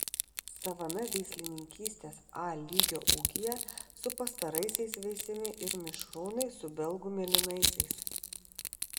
savame veislininkystės a lygio ūkyje su pastaraisiais veisiami ir mišrūnai su belgų mėlynaisiais